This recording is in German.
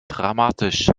dramatisch